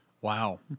Wow